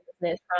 business